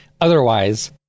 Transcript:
otherwise